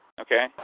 Okay